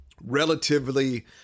relatively